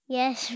yes